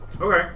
Okay